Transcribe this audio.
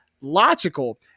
logical